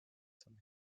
some